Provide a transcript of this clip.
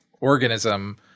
organism